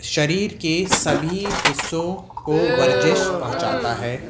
شریر کے سبھی حصوں کو ورزش پہنچاتا ہے